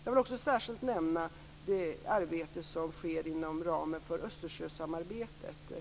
Jag vill särskilt nämna det arbete som bedrivs inom ramen för Östersjösamarbetet.